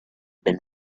been